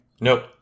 Nope